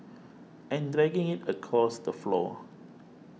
and dragging it across the floor